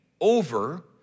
over